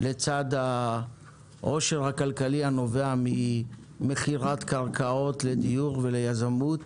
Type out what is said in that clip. לצד העושר הכלכלי הנובע ממכירת קרקעות לדיור וליזמות